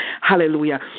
Hallelujah